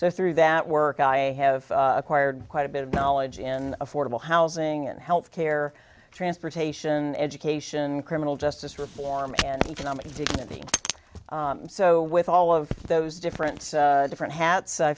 so through that work i have acquired quite a bit of knowledge in affordable housing and health care transportation education criminal justice reform and economic dignity so with all of those different different hats i